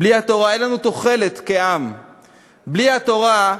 בלי התורה אין לנו תוחלת כעם, בלי התורה,